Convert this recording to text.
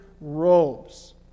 robes